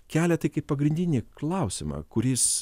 kelia tai kaip pagrindinį klausimą kuris